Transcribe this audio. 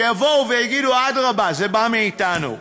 שיגידו, אדרבה, זה בא מאתנו.